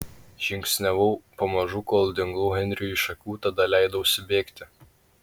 žingsniavau pamažu kol dingau henriui iš akių tada leidausi bėgti